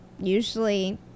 usually